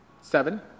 seven